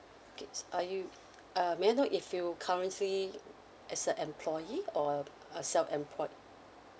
okay s~ uh you uh may I know if you currently as a employee or a self employed